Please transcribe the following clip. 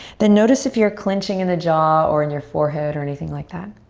then notice if you're clenching in the jaw or in your forehead or anything like that.